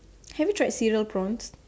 have you tried cereal prawns